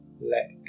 let